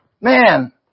Man